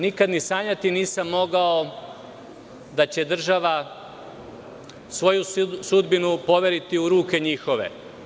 Nikada ni sanjati nisam mogao da će država svoju sudbinu poveriti u ruke njihove“